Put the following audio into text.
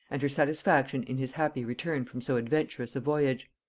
and her satisfaction in his happy return from so adventurous a voyage.